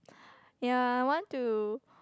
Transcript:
ya I want to